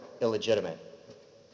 illegitimate